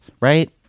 Right